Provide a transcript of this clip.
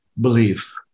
belief